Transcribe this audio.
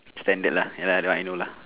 standard lah ya lah that one I know lah